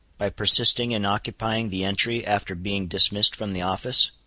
by persisting in occupying the entry after being dismissed from the office?